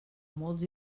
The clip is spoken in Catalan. molts